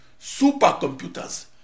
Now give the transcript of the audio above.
supercomputers